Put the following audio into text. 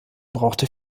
brauchte